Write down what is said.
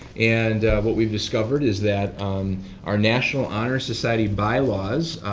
and what we discovered is that our national honor society bylaws,